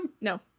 No